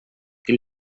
que